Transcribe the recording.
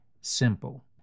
simple